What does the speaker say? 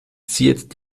ziert